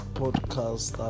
podcast